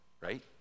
right